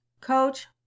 coach